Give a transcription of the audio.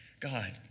God